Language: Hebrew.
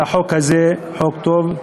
והחוק הזה חוק טוב,